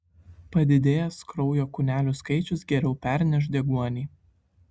padidėjęs kraujo kūnelių skaičius geriau perneš deguonį